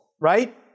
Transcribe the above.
right